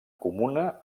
comuna